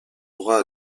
droit